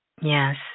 Yes